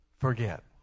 forget